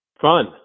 Fun